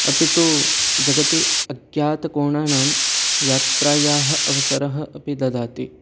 अपि तु जगति अज्ञातकोणानां यात्रायाः अवसरम् अपि ददाति